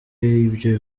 ibyo